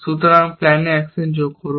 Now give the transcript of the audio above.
সুতরাং প্ল্যানে অ্যাকশন যোগ করুন